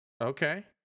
Okay